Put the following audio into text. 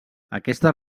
aquestes